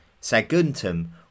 Saguntum